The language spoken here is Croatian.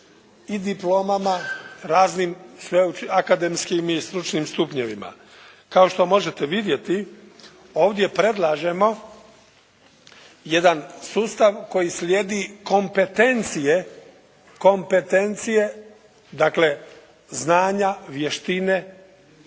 i diplomama, raznim akademskim i stručnim stupnjevima. Kao što možete vidjeti ovdje predlažemo jedan sustav koji slijedi kompetencije, kompetencije dakle znanja, vještine